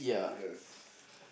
yes